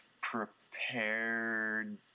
prepared